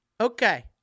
Okay